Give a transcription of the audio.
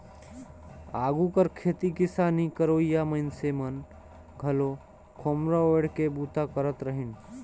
आघु कर खेती किसानी करोइया मइनसे मन घलो खोम्हरा ओएढ़ के बूता करत रहिन